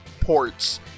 ports